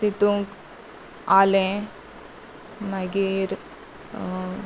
तितू आलें मागीर